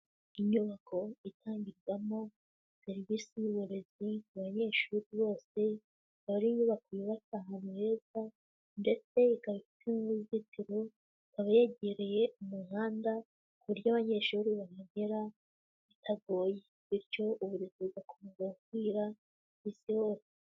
Inyubako itanmbikwamo serivisi y'uburezi mu banyeshuri bose, ikaba ari inyubako yubatse ahantu ba heza ndetse ikaba ifite n'uruzitiro, ikaba yegereye umuhanda ku buryo abanyeshuri bahagera bitagoye bityo uburezi bugakomeza gukwira ku isi hose.